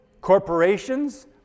corporations